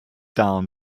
down